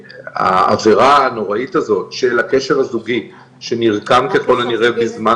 העבירה הנוראית הזאת של הקשר הזוגי שנרקם ככל הנראה בזמן